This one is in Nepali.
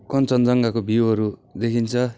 कन्चजङ्घाको भिउहरू देखिन्छ